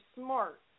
smart